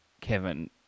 Kevin